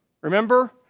Remember